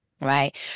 right